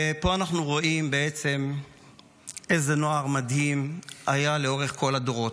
ופה אנחנו רואים בעצם איזה נוער מדהים היה לאורך כל הדורות,